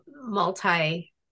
multi